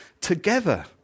together